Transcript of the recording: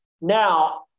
now